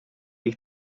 ich